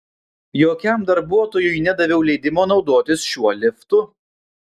jokiam darbuotojui nedaviau leidimo naudotis šiuo liftu